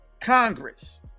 Congress